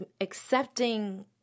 accepting